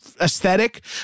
aesthetic